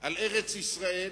על ארץ-ישראל